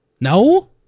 no